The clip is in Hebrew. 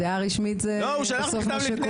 דעה רשמית זה בסוף מה שקובע.